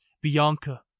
bianca